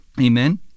Amen